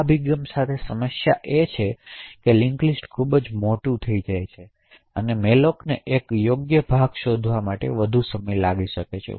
આ અભિગમ સાથે સમસ્યા એ છે કે લિંક લિસ્ટ ખૂબ મોટી હોઈ શકે છે અને તેથી mallocને એક યોગ્ય ભાગ શોધવા વધુ સમય લાગી શકે છે